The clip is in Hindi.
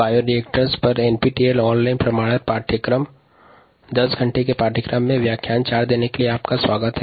बायोरिएक्टर्स पर 10 घंटे के एनपीटीईएल ऑनलाइन प्रमाणन पाठ्यक्रम पाठ्यक्रम के व्याख्यान 4 में स्वागत है